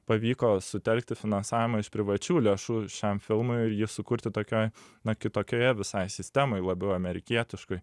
pavyko sutelkti finansavimą iš privačių lėšų šiam filmui ir jį sukurti tokioj na kitokioje visai sistemoj labiau amerikietiškoj